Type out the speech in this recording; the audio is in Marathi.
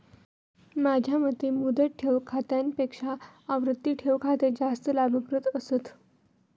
माझ्या मते मुदत ठेव खात्यापेक्षा आवर्ती ठेव खाते जास्त लाभप्रद असतं